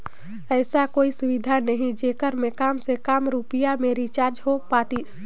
ऐसा कोई सुविधा नहीं जेकर मे काम से काम रुपिया मे रिचार्ज हो पातीस?